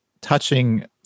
touching